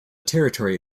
territory